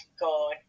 God